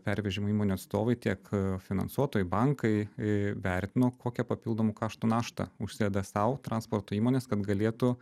pervežimo įmonių atstovai tiek finansuotojai bankai a vertino kokią papildomų kaštų naštą užsideda sau transporto įmonės kad galėtų